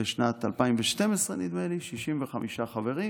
בשנת 2012, נדמה לי 65 חברים.